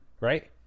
right